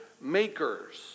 makers